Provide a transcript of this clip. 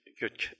good